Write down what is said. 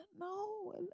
No